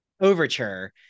overture